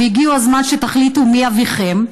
והגיע הזמן שתחליטו מי אביכם,